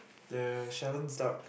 they seldom stop